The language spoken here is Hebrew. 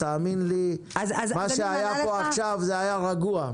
תאמין לי מה שהיה פה עכשיו זה היה רגוע.